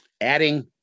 adding